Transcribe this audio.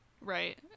Right